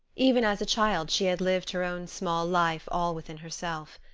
even as a child she had lived her own small life all within herself.